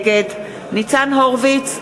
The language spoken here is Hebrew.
נגד ניצן הורוביץ,